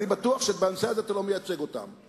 אני בטוח שבנושא הזה אתה לא מייצג אותם.